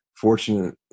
fortunate